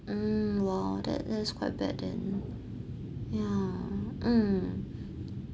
mm !wow! that that's quite bad then ya mm